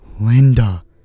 Linda